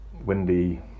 windy